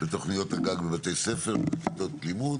בתוכניות הגג בבתי ספר בכיתות לימוד,